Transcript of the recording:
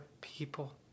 people